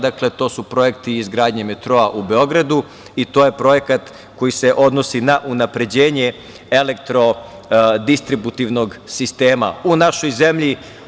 Dakle, to su projekti izgradnje metroa u Beogradu i to je projekat koji se odnosi na unapređenje elektrodistributivnog sistema u našoj zemlji.